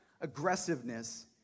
aggressiveness